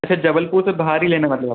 अच्छा जबलपुर से बाहर ही लेने वाले हो आप